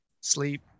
sleep